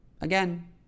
again